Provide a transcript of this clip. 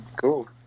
Cool